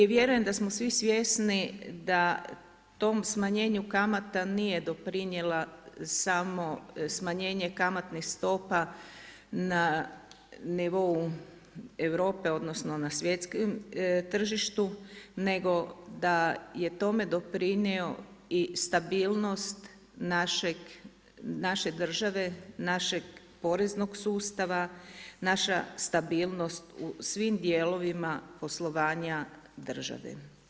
I vjerujem da smo svi svjesni da tom smanjenju kamata nije doprinijela samo smanjenje kamatnih stopa na nivou Europe, odnosno, na svjetskom tržištu, nego da je tome doprinio i stabilnost naše države, našeg poreznog sustava, naša stabilnost u svim dijelovima poslovanja države.